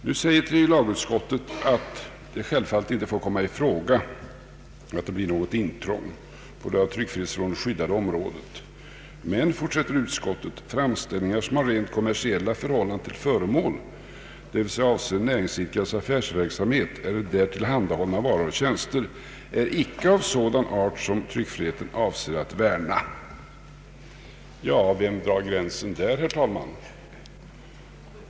Tredje lagutskottet säger att det självfallet inte får komma i fråga att det blir något intrång på det av tryckfrihetslagen skyddade området, men utskottet fortsätter: ”Framställningar som har rent kommersiella förhållanden till föremål, d.v.s. avser en näringsidkares affärsverksamhet eller där tillhan dahållna varor och tjänster, är inte av sådan art som tryckfriheten avser att värna ———” Vem drar gränsen, herr talman?